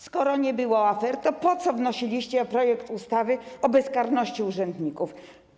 Skoro nie było afer, to po co wnosiliście projekt ustawy o bezkarności urzędników?